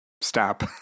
stop